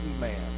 man